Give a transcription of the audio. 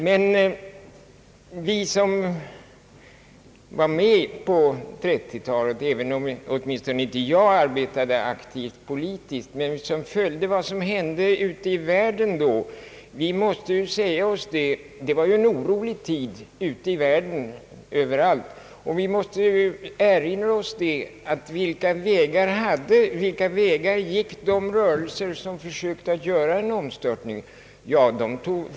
Jag arbetade visserligen inte aktivt i politiken på 1930 talet men följde med vad som hände ute i världen, så jag vet att det var en orolig tid överallt. Vilka vägar gick de rörelser som då önskade göra omstörtningar?